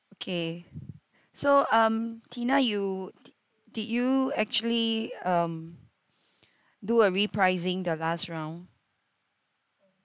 okay so um tina you did you actually um do a repricing the last round